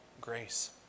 grace